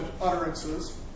utterances